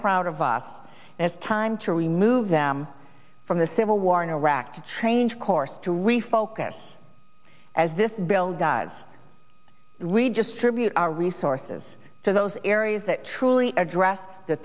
proud of us and it's time to remove them from the civil war in iraq to change course to refocus as this bill does regis tribute our resources to those areas that truly address the